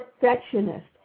perfectionist